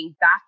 back